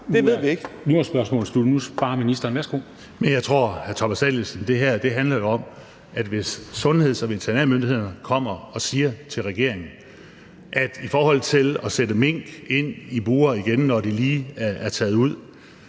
(Mogens Jensen): Men jeg tror, hr. Thomas Danielsen, at det her handler om, at hvis sundheds- og veterinærmyndighederne kommer og siger til regeringen i forhold til at sætte mink ind i bure igen, når de lige er taget ud,